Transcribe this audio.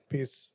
Peace